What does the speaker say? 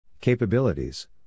Capabilities